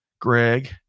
Greg